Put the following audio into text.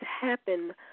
happen